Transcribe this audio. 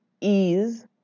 ease